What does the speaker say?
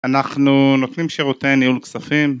אנחנו נותנים שירותי ניהול כספים